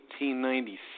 1896